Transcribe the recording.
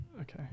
Okay